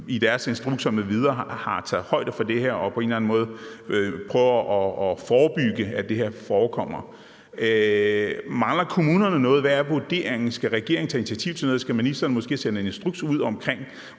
i deres instrukser m.v. har taget højde for det her og på en eller anden måde prøver at forebygge, at det her kan forekomme. Hvad er vurderingen? Skal regeringen tage initiativ til noget? Skal ministeren måske sende en instruks ud om,